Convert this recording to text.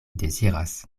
deziras